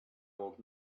old